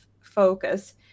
focus